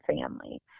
family